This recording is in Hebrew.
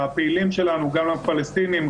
לפעילים שלנו גם לפלסטינים,